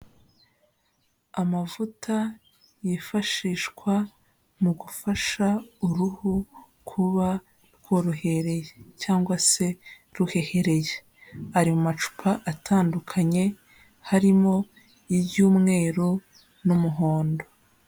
Amavuta yifashishwa mu gufasha uruhu kuba rworohereye cyangwa se ruhehereye ari mu macupa atandukanye, harimo iry'umweru n'umuhondo.